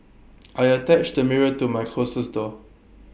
I attached A mirror to my closes door